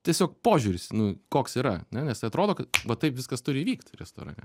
tiesiog požiūris nu koks yra ane nes tai atrodo kad va taip viskas turi vykti restorane